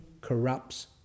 corrupts